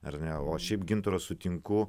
ar ne o šiaip gintaro sutinku